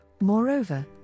Moreover